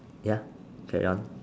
ya carry on